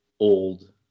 old